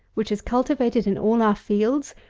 which is cultivated in all our fields,